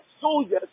soldiers